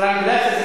סטרנגולציה זה